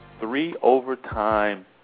three-overtime